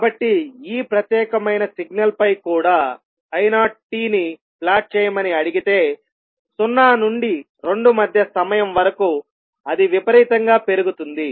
కాబట్టి ఈ ప్రత్యేకమైన సిగ్నల్పై కూడా i0 t ని ప్లాట్ చేయమని అడిగితే సున్నా నుండి రెండు మధ్య సమయం వరకు అది విపరీతంగా పెరుగుతుంది